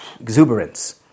exuberance